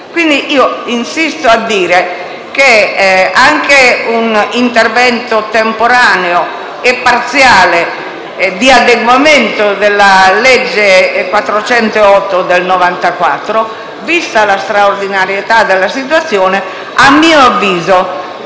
Insisto quindi a dire che anche un intervento temporaneo e parziale di adeguamento della legge n. 408 del 1994, vista la straordinarietà della situazione, a mio avviso